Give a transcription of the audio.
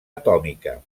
atòmica